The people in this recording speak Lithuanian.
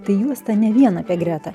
tai juosta ne vien apie gretą